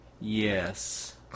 Yes